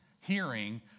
Hearing